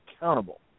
accountable